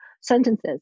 sentences